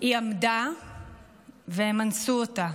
היא עמדה והם אנסו אותה.